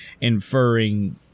inferring